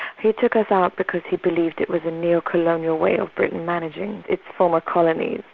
he took us out because he believed it was a neo-colonial way of britain managing its former colonies,